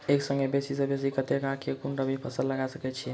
एक संगे बेसी सऽ बेसी कतेक आ केँ कुन रबी फसल लगा सकै छियैक?